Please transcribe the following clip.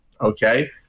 Okay